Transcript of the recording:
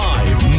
Live